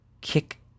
kick